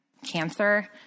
cancer